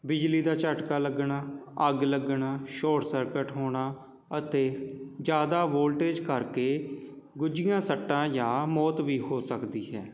ਬਿਜਲੀ ਦਾ ਝਟਕਾ ਲੱਗਣਾ ਅੱਗ ਲੱਗਣਾ ਸ਼ੋਰਟ ਸਰਕਿਟ ਹੋਣਾ ਅਤੇ ਜ਼ਿਆਦਾ ਵੋਲਟੇਜ ਕਰਕੇ ਗੁੱਝੀਆਂ ਸੱਟਾਂ ਜਾਂ ਮੌਤ ਵੀ ਹੋ ਸਕਦੀ ਹੈ